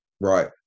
Right